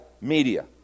media